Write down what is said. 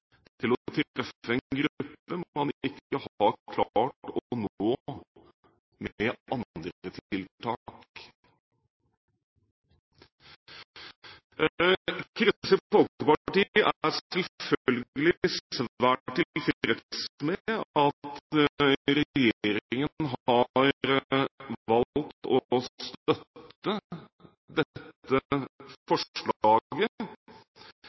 til å treffe en gruppe man ikke har klart å nå med andre tiltak. Kristelig Folkeparti er selvfølgelig svært tilfreds med at regjeringen har valgt å støtte dette